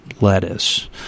lettuce